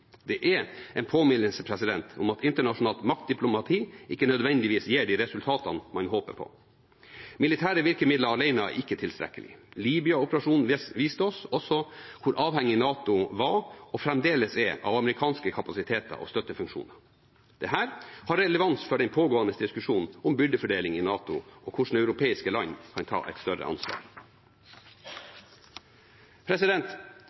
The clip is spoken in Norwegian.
Det er en påminnelse om at internasjonalt maktdiplomati ikke nødvendigvis gir de resultatene man håper på. Militære virkemidler alene er ikke tilstrekkelig. Libya-operasjonene viste oss også hvor avhengig NATO var og fremdeles er av amerikanske kapasiteter og støttefunksjoner. Dette har relevans for den pågående diskusjonen om byrdefordeling i NATO og hvordan europeiske land kan ta et større